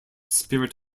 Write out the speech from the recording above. spirit